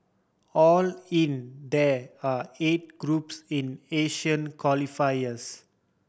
all in there are eight groups in Asian qualifiers